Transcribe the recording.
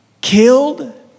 killed